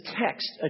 text